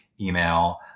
email